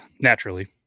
Naturally